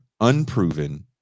unproven